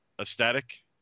aesthetic